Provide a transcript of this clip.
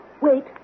wait